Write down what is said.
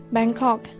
Bangkok